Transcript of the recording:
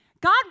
God